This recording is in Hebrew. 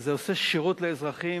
וזה עושה שירות לאזרחים,